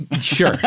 Sure